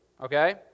okay